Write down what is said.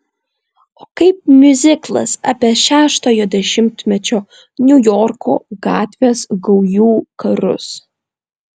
o kaip miuziklas apie šeštojo dešimtmečio niujorko gatvės gaujų karus